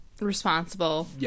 responsible